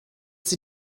sie